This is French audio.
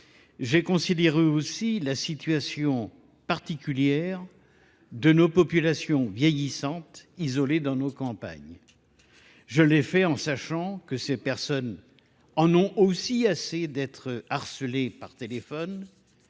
j'ai considéré aussi la situation particulière de nos populations vieillissantes isolées dans nos campagnes. Je l'ai fait en sachant que ces personnes en ont aussi assez d'être harcelées par téléphone,